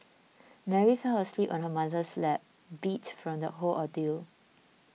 Mary fell asleep on her mother's lap beat from the whole ordeal